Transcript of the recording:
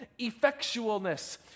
effectualness